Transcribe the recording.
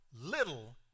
little